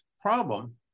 problem